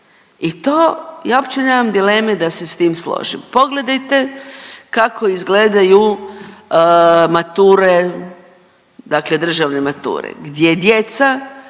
I to ja uopće nemam dileme da se s tim složim. Pogledajte kako izgledaju mature, dakle državne mature gdje djeca